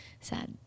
sad